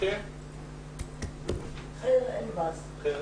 קודם כול,